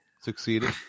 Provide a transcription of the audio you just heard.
Succeeded